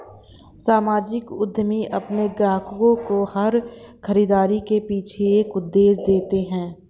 सामाजिक उद्यमी अपने ग्राहकों को हर खरीदारी के पीछे एक उद्देश्य देते हैं